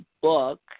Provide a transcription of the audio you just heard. book